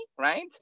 right